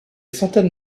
centaines